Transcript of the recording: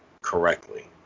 Correctly